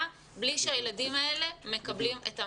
בלי שהילדים האלה מקבלים את המענה.